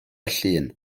llun